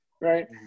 right